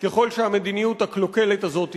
ככל שהמדיניות הקלוקלת הזאת תימשך.